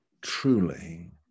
Truly